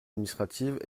administratives